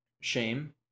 shame